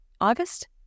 August